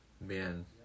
man